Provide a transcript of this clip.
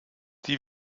die